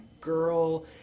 girl